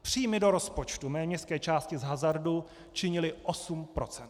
Příjmy do rozpočtu mé městské části z hazardu činily osm procent.